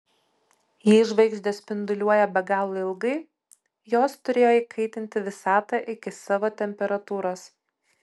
jei žvaigždės spinduliuoja be galo ilgai jos turėjo įkaitinti visatą iki savo temperatūros